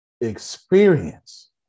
experience